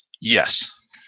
Yes